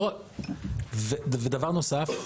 ודבר נוסף,